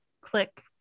click